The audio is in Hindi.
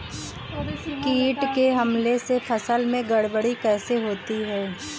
कीट के हमले से फसल में गड़बड़ी कैसे होती है?